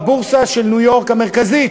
בבורסה של ניו-יורק, המרכזית.